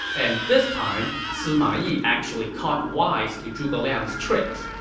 and this time, sima yi actually caught wise to zhuge liang's tricks.